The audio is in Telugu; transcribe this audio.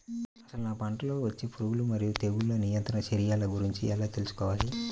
అసలు నా పంటలో వచ్చే పురుగులు మరియు తెగులుల నియంత్రణ చర్యల గురించి ఎలా తెలుసుకోవాలి?